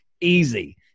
easy